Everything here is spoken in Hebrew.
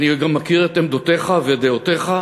אני גם מכיר את עמדותיך ודעותיך,